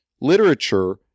literature